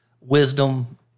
wisdom